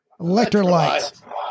Electrolytes